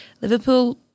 Liverpool